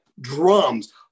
drums